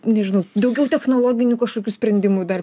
nežinau daugiau technologinių kažkokių sprendimų dar